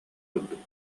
курдук